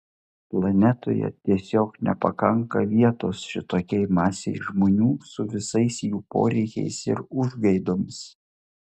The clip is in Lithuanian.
planetoje tiesiog nepakanka vietos šitokiai masei žmonių su visais jų poreikiais ir užgaidomis